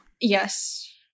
yes